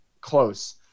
close